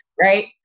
right